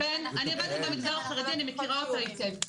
אני עבדתי במגזר החרדי, אני מכירה אותו היטב.